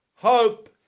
Hope